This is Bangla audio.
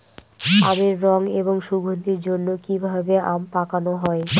আমের রং এবং সুগন্ধির জন্য কি ভাবে আম পাকানো হয়?